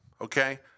okay